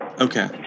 Okay